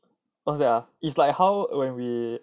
what's that ah it's like how when we